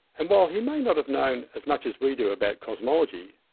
and while he may not have known as much as we do about cosmology,